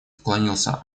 поклонился